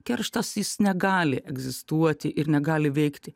kerštas jis negali egzistuoti ir negali veikti